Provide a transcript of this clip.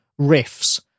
riffs